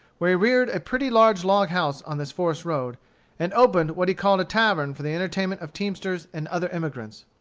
where he reared a pretty large log house on this forest road and opened what he called a tavern for the entertainment of teamsters and other emigrants.